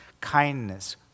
kindness